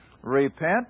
Repent